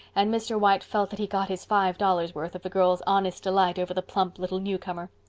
and mr. white felt that he got his five dollars' worth of the girls' honest delight over the plump little newcomer.